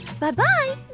Bye-bye